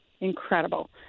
incredible